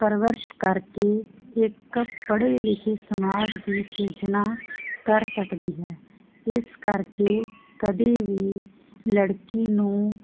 ਪਰਵਰਿਸ਼ ਕਰਕੇ ਇਕ ਪੜੇ ਲਿਖੇ ਸਮਾਜ ਦੀ ਸਿਰਜਣਾ ਕਰ ਸਕਦੀ ਹੈ ਇਸ ਕਰਕੇ ਕਦੇ ਵੀ ਲੜਕੀ ਨੂੰ